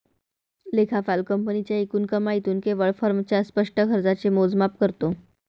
लेखापाल कंपनीच्या एकूण कमाईतून केवळ फर्मच्या स्पष्ट खर्चाचे मोजमाप करतो